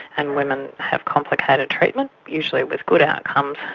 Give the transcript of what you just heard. and women have complicated treatment, usually with good outcomes,